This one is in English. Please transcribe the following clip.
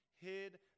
hid